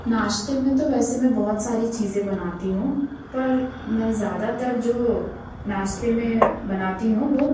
नाश्ते में तो वैसे मैं बहुत सारी चीज़ें बनाती हूँ पर मैं ज़्यादातर जो नाश्ते में बनाती हूँ वो